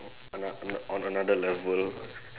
on a on a on another level